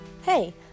Hey